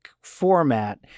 format